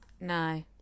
No